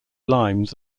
limes